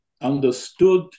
understood